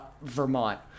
Vermont